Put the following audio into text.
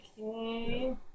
Okay